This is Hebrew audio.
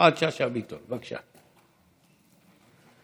בעיקר בנושא אירועים המוניים,